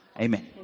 Amen